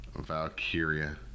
Valkyria